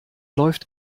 läuft